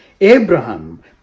Abraham